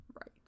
Right